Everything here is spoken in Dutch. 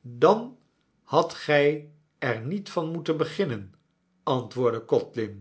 dan hadt gij er niet van moeten beginnen antwoordde